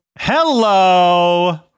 Hello